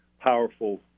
powerful